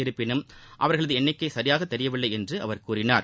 இருப்பினும் அவர்களது எண்ணிக்கை சரியாக தெரியவில்லை என்று அவர் கூறினார்